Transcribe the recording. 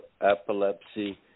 epilepsy